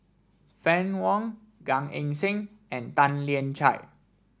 Fann Wong Gan Eng Seng and Tan Lian Chye